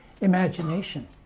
imagination